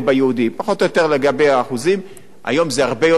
היום זה הרבה יותר במגזר הערבי כדי לצמצם את הפערים האלה,